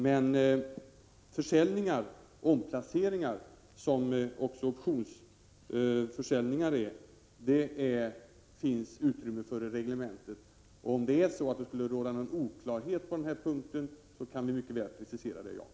Men för försäljningar och omplaceringar — alltså även optionsförsäljningar — finns det utrymme i reglementet. Om det skulle råda några oklarheter på den punkten, kan det mycket väl göras en precisering.